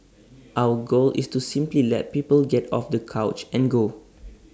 our goal is to simply let people get off the couch and go